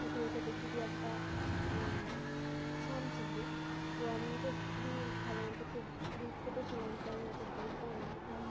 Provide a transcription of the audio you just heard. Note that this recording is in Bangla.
চোখে উঠে দেখি যে একটা চামচিকে তো আমি তো খুবই সাধারণত খুব তখন ছোটো ছিলাম তো আমি অত বুঝতাম না তো